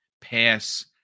Pass